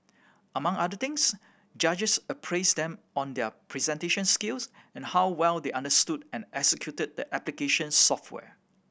among other things judges appraised them on their presentation skills and how well they understood and executed the application software